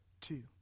two